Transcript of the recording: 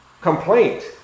complaint